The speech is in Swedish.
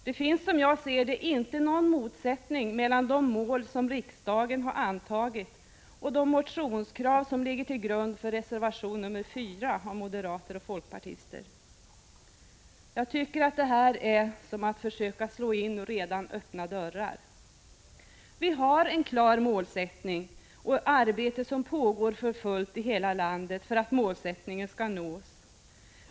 Det finns, som jag ser det, inte någon motsättning mellan de mål som riksdagen har antagit och de motionskrav som ligger till grund för reservation 4 av moderater och folkpartister. Jag tycker att det här är som att försöka slå in redan öppna dörrar. Vi har en klar målsättning och arbete pågår för fullt i hela landet för att målsättningen skall nås.